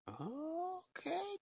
Okay